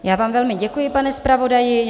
Já vám velmi děkuji, pane zpravodaji.